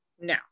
no